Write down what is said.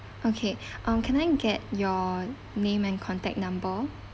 okay um can I get your name and contact number